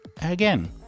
again